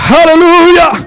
Hallelujah